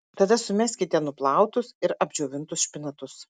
tada sumeskite nuplautus ir apdžiovintus špinatus